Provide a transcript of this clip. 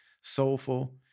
soulful